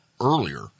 earlier